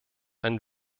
ein